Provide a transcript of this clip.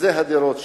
אלה הדירות שם.